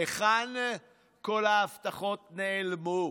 להיכן כל ההבטחות נעלמו?